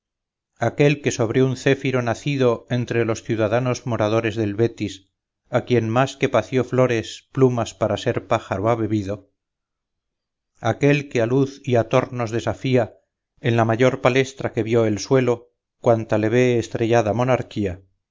aquel que sobre un céfiro nacido entre los ciudadanos moradores del betis a quien más que pació flores plumas para ser pájaro ha bebido aquel que a luz y a tornos desafía en la mayor palestra que vió el suelo cuanta le ve estrellada monarquía